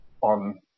on